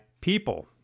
people